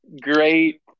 great